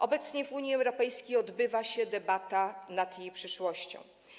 Obecnie w Unii Europejskiej odbywa się debata nad jej przyszłością.